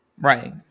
right